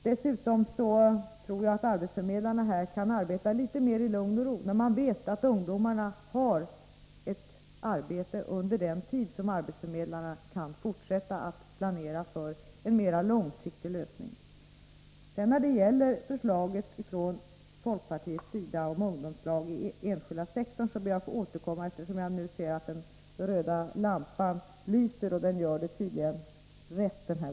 Dessutom tror jag att arbetsförmedlarna kan arbeta litet mer i lugn och ro, när de vet att ungdomarna har ett arbete under tiden. Då kan arbetsförmedlarna fortsätta att planera för en mera långsiktig lösning. När det gäller folkpartiets förslag om ungdomslag inom den enskilda sektorn ber jag att få återkomma, eftersom jag nu ser att den röda lampan lyser.